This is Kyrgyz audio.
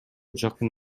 жакын